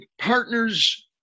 partners